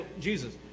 Jesus